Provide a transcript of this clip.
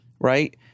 right